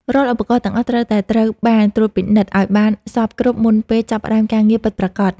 រាល់ឧបករណ៍ទាំងអស់ត្រូវតែត្រូវបានត្រួតពិនិត្យឱ្យបានសព្វគ្រប់មុនពេលចាប់ផ្តើមការងារពិតប្រាកដ។